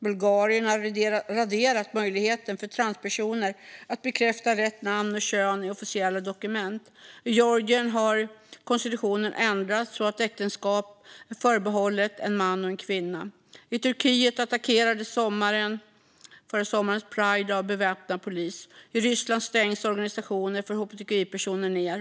Bulgarien har raderat möjligheten för transpersoner att bekräfta rätt namn och kön i officiella dokument. I Georgien har konstitutionen ändrats så att äktenskap är förbehållet en man och en kvinna. I Turkiet attackerades förra sommarens pride av beväpnad polis. I Ryssland stängs organisationer för hbtqi-personer ned.